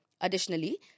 Additionally